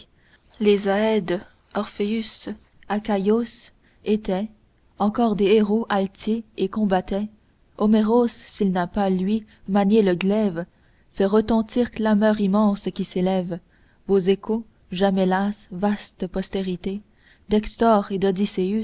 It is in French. les aèdes orpheus akaïos étaient encore des héros altiers et combattaient homéros s'il n'a pas lui manié le glaive fait retentir clameur immense qui s'élève vos échos jamais las vastes postérités d'hektôr et